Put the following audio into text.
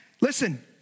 Listen